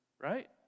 right